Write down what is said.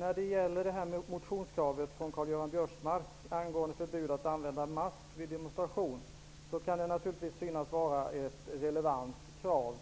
Fru talman! Motionskravet från Karl-Göran Biörsmark angående förbud att använda mask vid demonstration kan naturligtvis synas vara ett relevant krav.